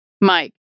Mike